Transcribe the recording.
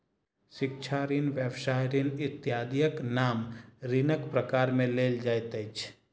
शिक्षा ऋण, व्यवसाय ऋण इत्यादिक नाम ऋणक प्रकार मे लेल जाइत अछि